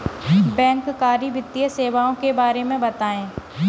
बैंककारी वित्तीय सेवाओं के बारे में बताएँ?